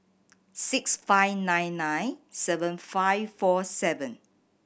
six five nine nine seven five four seven